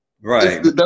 Right